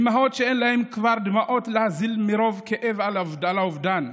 אימהות שכבר אין להן דמעות להזיל מרוב כאב על האובדן,